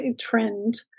Trend